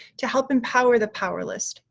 to help empower the powerless,